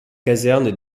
caserne